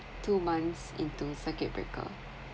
two months into circuit breaker